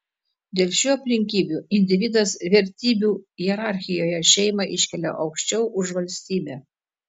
dėl šių aplinkybių individas vertybių hierarchijoje šeimą iškelia aukščiau už valstybę